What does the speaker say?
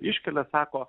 iškelia sako